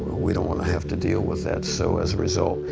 we don't want to have to deal with that. so as a result,